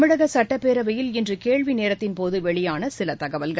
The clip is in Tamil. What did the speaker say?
தமிழக சட்டப்பேரவையில் இன்று கேள்வி நேரத்தின் போது வெளியான சில தகவல்கள்